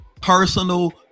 personal